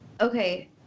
okay